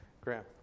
Graham